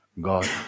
God